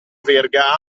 verga